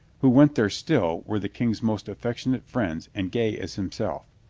who went there still were the king's most affectionate friends and gay as him self.